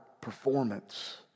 performance